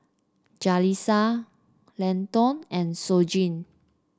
Jalisa Leighton and Shoji